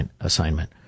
assignment